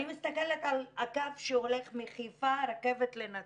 אני מסתכלת על הקו שהולך מחיפה, הרכבת לנצרת.